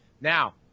Now